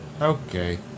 Okay